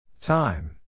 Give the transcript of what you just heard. Time